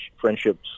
friendships